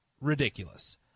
ridiculous